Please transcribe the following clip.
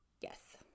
Yes